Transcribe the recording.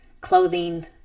clothing